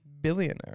billionaire